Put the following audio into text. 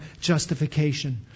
justification